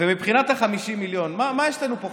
ומבחינת ה-50 מיליון, מה יש לנו פה?